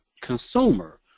consumer